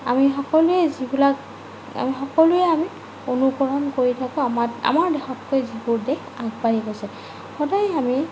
আমি সকলোৱে যিবিলাক আমি সকলোৱে আমি অনুকৰণ কৰি থাকোঁ আমাৰ দেশতকৈ যিবোৰ দেশ আগবাঢ়ি গৈছে সদায় আমি